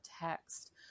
text